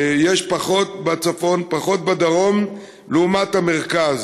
יש פחות בצפון, פחות בדרום, לעומת המרכז,